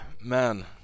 man